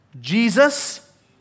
Jesus